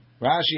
Rashi